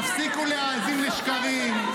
תפסיקו להאזין לשקרים.